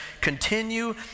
Continue